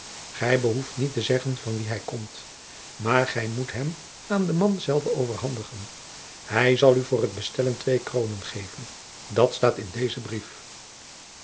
gij behoeft niet te zeggen van wien jacob van lennep de pleegzoon hij komt maar gij moet hem aan den man zelven overhandigen hij zal u voor t bestellen twee kroonen geven dat staat in den brief